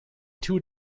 two